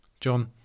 John